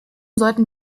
sollten